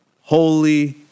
holy